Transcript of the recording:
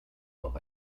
auch